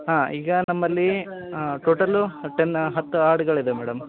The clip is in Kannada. ಹಾಂ ಈಗ ನಮ್ಮಲ್ಲಿ ಟೊಟಲ್ಲು ಟೆನ್ ಹತ್ತು ಆಡ್ಗಳಿದೆ ಮೇಡಮ್